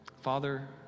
Father